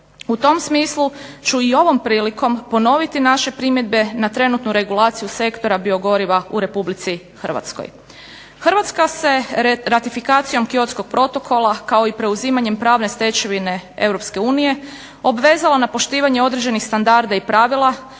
U tom smislu ću i ovom prilikom ponoviti naše primjedbe na trenutku regulaciju sektora biogoriva u RH. Hrvatska se ratifikacijom Kyotskog protokola kao i preuzimanjem pravne stečevine EU obvezala na poštivanje na određenih standarda i pravila,